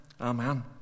Amen